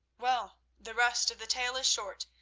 well, the rest of the tale is short.